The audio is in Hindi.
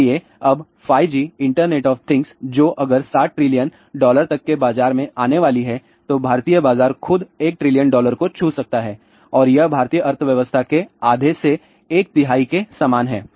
इसलिए अब 5G इंटरनेट ऑफ थिंग्स जो अगर 7 ट्रिलियन डॉलर तक के बाजार में आने वाली है तो भारतीय बाजार खुद एक ट्रिलियन डॉलर को छू सकता है और यह भारतीय अर्थव्यवस्था के आधे से एक तिहाई के समान है